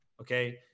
okay